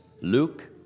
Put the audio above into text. Luke